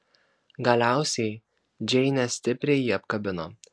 galiausiai džeinė stipriai jį apkabino